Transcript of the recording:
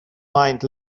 mind